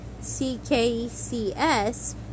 CKCS